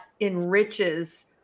enriches